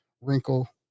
wrinkle